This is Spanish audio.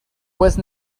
pues